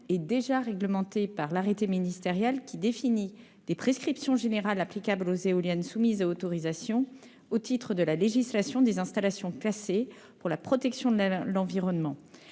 est déjà réglementé par l'arrêté ministériel qui définit des prescriptions générales applicables aux éoliennes soumises à autorisation au titre de la législation des installations classées pour la protection de l'environnement,